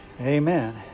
amen